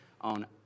on